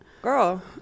Girl